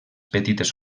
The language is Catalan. petites